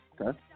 Okay